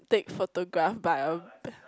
take photograph by a